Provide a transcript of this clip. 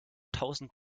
tausend